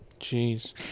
Jeez